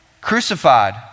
crucified